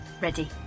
Ready